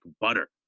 butter